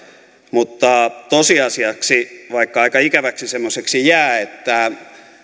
mutta tosiasiaksi vaikka aika ikäväksi semmoiseksi jää että